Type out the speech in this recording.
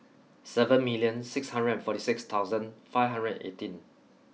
seven million six hundred and forty six thousand five hundred and eighteen